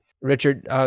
Richard